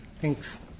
Thanks